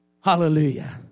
Hallelujah